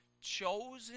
chosen